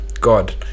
God